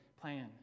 plan